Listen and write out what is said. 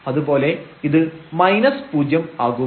അതുപോലെ ഇത് മൈനസ് പൂജ്യം ആകും